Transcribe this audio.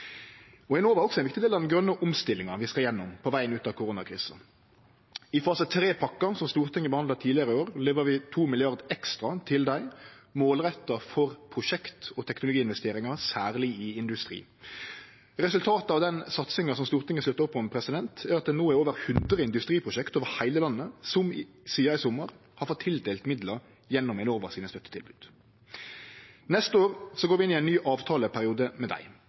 er også ein viktig del av den grøne omstillinga vi skal gjennom på vegen ut av koronakrisa. I fase 3-pakka, som Stortinget behandla tidlegare i år, løyver vi 2 mrd. kr ekstra til dei, målretta for prosjekt og teknologiinvesteringar særleg i industrien. Resultatet av den satsinga som Stortinget slutta opp om, er at det no er over hundre industriprosjekt over heile landet som sidan i sommar har fått tildelt midlar gjennom Enova sine støttetiltak. Neste år går vi inn i ein ny avtaleperiode med dei.